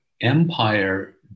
empire